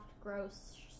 gross